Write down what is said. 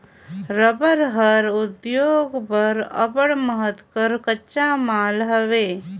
रबड़ हर उद्योग बर अब्बड़ महत कर कच्चा माल हवे